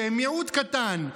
שהם מיעוט קטן,